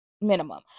minimum